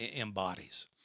embodies